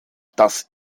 das